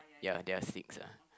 ya they are six ah